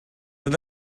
then